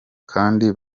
kandi